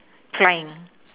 trying